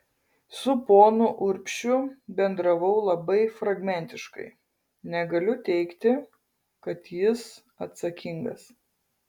su ponu urbšiu bendravau labai fragmentiškai negaliu teigti kad jis atsakingas